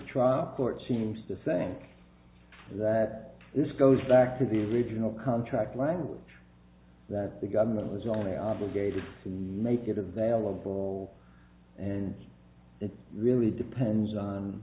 a court seems to think that this goes back to the original contract language that the government was only obligated to make it available and that really depends on